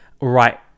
right